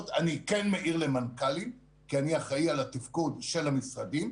מעיר למנכ"לים כי אני אחראי על התפקוד של המשרדים.